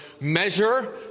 measure